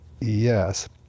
Yes